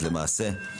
למעשה,